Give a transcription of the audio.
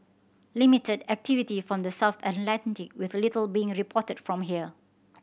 limited activity from the south Atlantic with little being reported from here